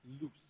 loose